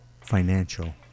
financial